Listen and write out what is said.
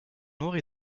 aurez